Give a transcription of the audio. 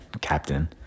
captain